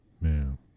Man